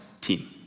team